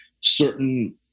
certain